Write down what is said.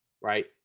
right